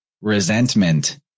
resentment